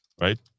Right